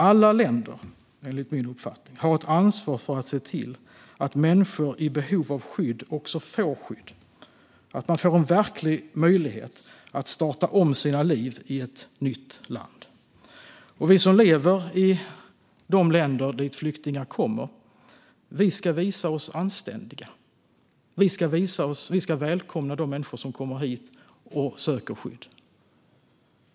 Alla länder har, enligt min uppfattning, ett ansvar för att se till att människor i behov av skydd också får skydd och att de får en verklig möjlighet att starta om sina liv i ett nytt land. Vi som lever i de länder dit flyktingar kommer ska visa oss anständiga. Vi ska välkomna de människor som kommer hit och söker skydd.